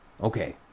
Okay